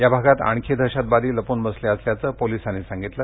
या भागात आणखी दहशतवादी लपून बसले असल्याचं पोलिसांनी सांगितलं